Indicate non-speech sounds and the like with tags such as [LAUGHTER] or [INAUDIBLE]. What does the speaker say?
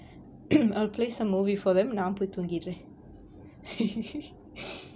[COUGHS] I'll play some movie for them and I'll நா போய் தூங்கிறேன்:naa poi thoongiraen [LAUGHS]